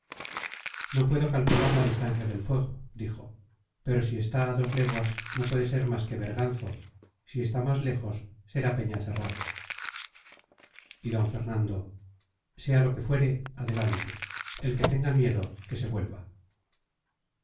no puedo calcular la distancia del fuego dijo pero si está a dos leguas no puede ser más que berganzo si está más lejos será peñacerrada y d fernando sea lo que fuere adelante el que tenga miedo que se vuelva